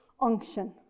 unction